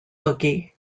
boogie